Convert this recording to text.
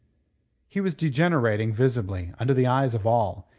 he was degenerating visibly, under the eyes of all.